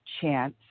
chance